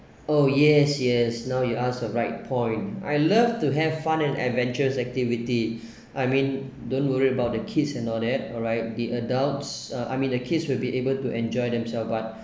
oh yes yes now you ask the right point I love to have fun and adventure activities I mean don't worry about the kids and all that alright the adults uh I mean the kids will be able to enjoy themselves but